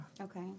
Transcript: Okay